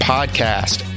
Podcast